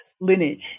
lineage